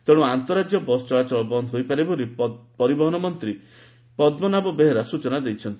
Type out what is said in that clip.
ତେଣୁ ଆନ୍ତଃରାକ୍ୟ ବସ୍ ଚଳାଚଳ ବନ୍ଦ୍ ହୋଇପାରେ ବୋଲି ପରିବହନ ମନ୍ତୀ ପଦ୍ମନାଭ ବେହେରା ସୂଚନା ଦେଇଛନ୍ତି